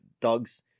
dogs